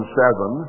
seven